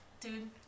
Dude